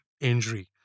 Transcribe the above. injury